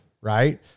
right